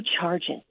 charges